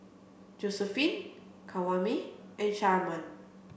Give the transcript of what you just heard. Josephine Kwame and Sharman